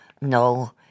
No